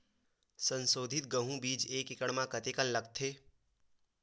संसोधित गेहूं बीज एक एकड़ म कतेकन लगथे?